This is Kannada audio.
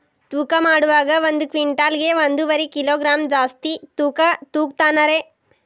ತೂಕಮಾಡುವಾಗ ಒಂದು ಕ್ವಿಂಟಾಲ್ ಗೆ ಒಂದುವರಿ ಕಿಲೋಗ್ರಾಂ ಜಾಸ್ತಿ ಯಾಕ ತೂಗ್ತಾನ ರೇ?